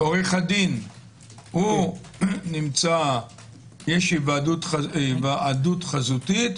עורך הדין - יש היוועדות חזותית.